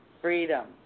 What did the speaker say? Freedom